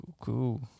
Cool